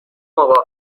موافقم